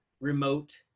remote